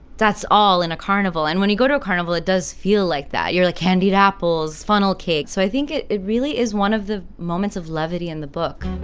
that's all in a carnival. and when you go to a carnival, it does feel like that you're like candied apples, funnel cake. so i think it it really is one of the moments of levity in the book,